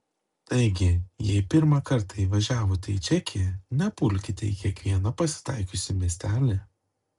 taigi jei pirmą kartą įvažiavote į čekiją nepulkite į kiekvieną pasitaikiusį miestelį